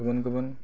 गुबुन गुबुन